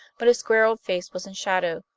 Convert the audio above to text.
but his square old face was in shadow.